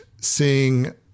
seeing